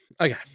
Okay